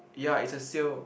ya it's a sale